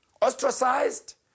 ostracized